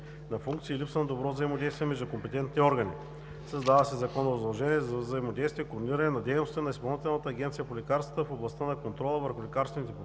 на функции и липса на добро взаимодействие между компетентните органи. Създава се законово задължение за взаимодействие и координиране на дейностите на Изпълнителната агенция по лекарствата в областта на контрола върху лекарствените